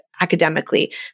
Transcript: academically